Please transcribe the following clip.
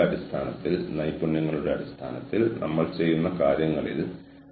അതിനാൽ ഇവയെല്ലാം സുസ്ഥിരതയുടെ മാനദണ്ഡ വ്യാഖ്യാനങ്ങളുടെ സാമൂഹിക ഫലങ്ങൾ ആണ്